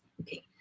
okay